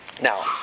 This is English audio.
Now